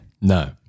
No